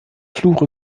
fluch